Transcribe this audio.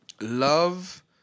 Love